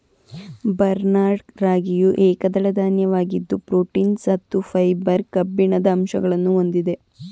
barnyard ರಾಗಿಯು ಏಕದಳ ಧಾನ್ಯವಾಗಿದ್ದು ಪ್ರೋಟೀನ್, ಸತ್ತು, ಫೈಬರ್, ಕಬ್ಬಿಣದ ಅಂಶಗಳನ್ನು ಹೊಂದಿದೆ